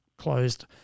closed